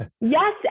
Yes